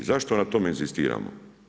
Zašto na tome inzistiramo?